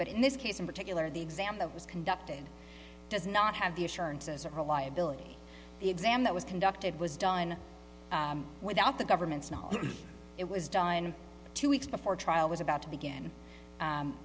but in this case in particular the exam that was conducted does not have the assurances or reliability exam that was conducted was done without the government's knowledge it was done two weeks before trial was about to begin